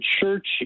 church